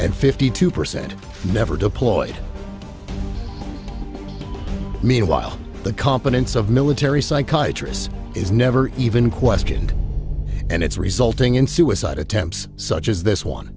and fifty two percent never deployed meanwhile the competence of military psychologists is never even questioned and it's resulting in suicide attempts such as this one